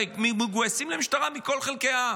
הרי מגויסים למשטרה מכל חלקי העם.